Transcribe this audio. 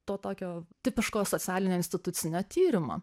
to tokio tipiško socialinio institucinio tyrimo